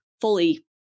fully